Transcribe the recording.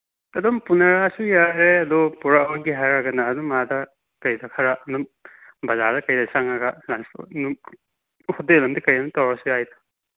ꯑꯗꯨꯝ ꯄꯨꯅꯔꯛꯑꯁꯨ ꯌꯥꯏꯔꯦ ꯑꯗꯨ ꯄꯨꯔꯛꯑꯣꯏꯒꯦ ꯍꯥꯏꯔꯒꯅ ꯑꯗꯨꯝ ꯑꯥꯗ ꯀꯩꯅꯣ ꯈꯔ ꯑꯗꯨꯝ ꯕꯖꯥꯔꯗ ꯀꯩꯗ ꯆꯪꯉꯒ ꯍꯣꯇꯦꯜ ꯑꯃꯗ ꯀꯩꯅꯣ ꯇꯧꯔꯁꯨ ꯌꯥꯏꯗ